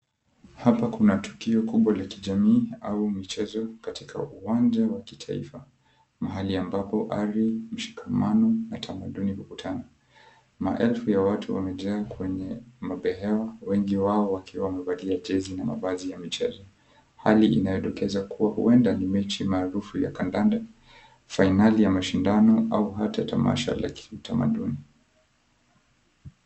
Hapa kuna tukio kubwa la kijamii au michezo katika uwanja wa kitaifa mahali ambapo ari mshikamano na tamaduni hukutana. Maelfu ya watu wamejaa kwenye mabehewa wengi wao wakiwa wamevalia jezi na mavazi ya michezo. Hali inayodokeza kuwa huenda ni mechi maarufu ya kandanda, fainali ya mashindano au hata tamadha la kitamaduni.